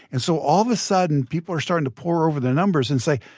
and so all of a sudden, people are starting to pore over the numbers and say,